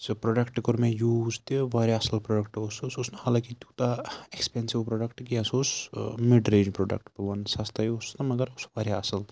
سُہ پرٛوڈَکٹ کوٚر مےٚ یوٗز تہِ واریاہ اَصٕل پرٛوڈَکٹ اوس سُہ سُہ اوس نہٕ حالانکہِ تیوٗتاہ ایٚکٕسپٮ۪نسِو پرٛوڈَکٹ کینٛہہ سُہ اوس مِڈ رینٛج پرٛوڈَکٹ بہٕ وَنہٕ سَستَے اوس نہٕ مگر اوس سُہ واریاہ اَصٕل